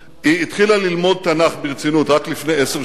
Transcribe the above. היא התחילה ללמוד תנ"ך ברצינות רק לפני עשר שנים